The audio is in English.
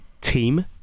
team